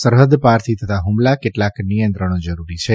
સરહદ પારથી થતા હ્મલા કેટલાંક નિયંત્રણો જરૂરી છે